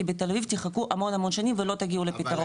כי בתל אביב תחכו המון המון שנים ולא תגיעו לפתרון.